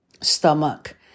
stomach